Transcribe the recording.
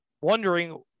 wondering